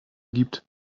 gibt